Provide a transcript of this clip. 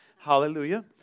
hallelujah